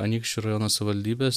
anykščių rajono savivaldybės